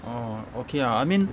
oh okay I mean